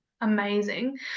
amazing